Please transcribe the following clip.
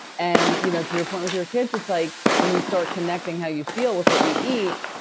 and you know to your point with your kids, it's like when you start connecting how you feel with what you eat,